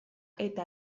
eta